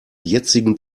jetzigen